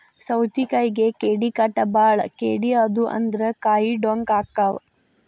ಸೌತಿಕಾಯಿಗೆ ಕೇಡಿಕಾಟ ಬಾಳ ಕೇಡಿ ಆದು ಅಂದ್ರ ಕಾಯಿ ಡೊಂಕ ಅಕಾವ್